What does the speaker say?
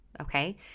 okay